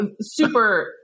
super